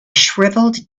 shriveled